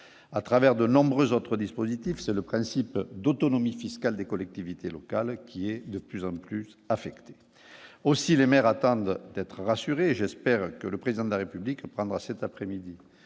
à travers de nombreux autres dispositifs, c'est le principe d'autonomie fiscale des collectivités locales, qui est de plus en plus affecter aussi les maires attendent d'être rassurés et j'espère que le président de la République prendra cet après-midi,